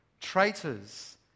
traitors